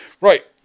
right